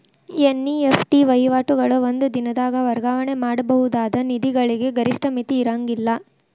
NEFT ವಹಿವಾಟುಗಳು ಒಂದ ದಿನದಾಗ್ ವರ್ಗಾವಣೆ ಮಾಡಬಹುದಾದ ನಿಧಿಗಳಿಗೆ ಗರಿಷ್ಠ ಮಿತಿ ಇರ್ಂಗಿಲ್ಲಾ